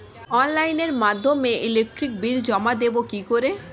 অনলাইনের মাধ্যমে electric bill জমা দেবো কি করে?